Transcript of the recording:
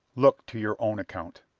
look to your own account.